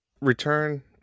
Return